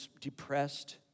depressed